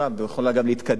ויוכלו גם להתקדם,